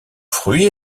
fruit